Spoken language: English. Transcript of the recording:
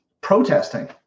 protesting